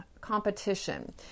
competition